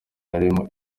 harimo